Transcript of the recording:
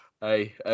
Hey